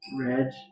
red